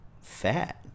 fat